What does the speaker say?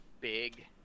big